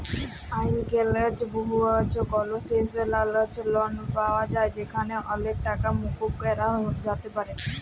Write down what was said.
আইজক্যাল বহুত concessional loan পাওয়া যায় যেখালে অলেক টাকা মুকুব ক্যরা যাতে পারে